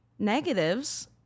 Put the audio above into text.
Negatives